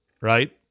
right